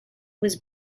was